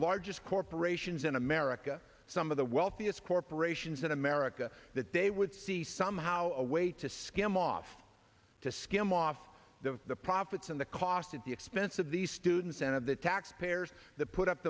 largest corporations in america some of the wealthiest corporations in america that they would see somehow a way to skim off to skim off the the profits and the costs at the expense of the students and of the taxpayers that put up